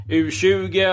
U20